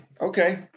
okay